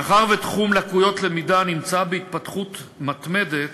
מאחר שתחום לקויות למידה נמצא בהתפתחות מתמדת,